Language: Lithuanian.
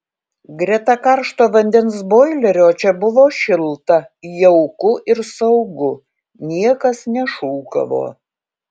greta karšto vandens boilerio čia buvo šilta jauku ir saugu niekas nešūkavo